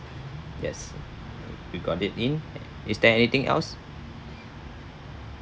yes we got it in is there anything else